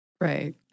Right